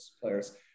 players